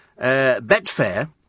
Betfair